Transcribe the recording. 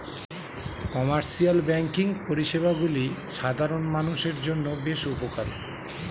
commercial banking পরিষেবাগুলি সাধারণ মানুষের জন্য বেশ উপকারী